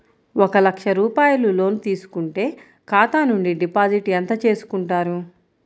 ఒక లక్ష రూపాయలు లోన్ తీసుకుంటే ఖాతా నుండి డిపాజిట్ ఎంత చేసుకుంటారు?